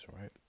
right